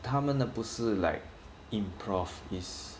他们的不是 like improv it's